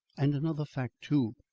and another fact too.